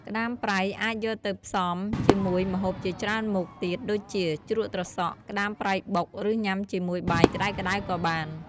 ក្តាមប្រៃអាចយកទៅផ្សំជាមួយម្ហូបជាច្រើនមុខទៀតដូចជា ជ្រក់ត្រសក់ ក្តាមប្រៃបុក ឬញ៉ាំជាមួយបាយក្តៅៗក៏បាន។